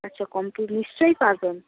আচ্ছা নিশ্চয়ই পারবেন